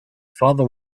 father